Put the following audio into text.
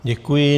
Děkuji.